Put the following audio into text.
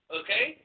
okay